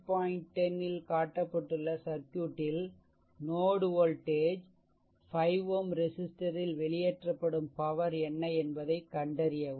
10 ல் காட்டப்பட்டுள்ள சர்க்யூட் ல் நோட் வோல்டேஜ் 5 Ω ரெசிஸ்ட்டரில் வெளியேற்றப்படும் பவர் என்ன என்பதை கண்டறியவும்